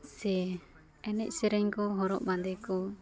ᱥᱮ ᱮᱱᱮᱡ ᱥᱮᱨᱮᱧ ᱠᱚ ᱦᱚᱨᱚᱜ ᱵᱟᱸᱫᱮ ᱠᱚ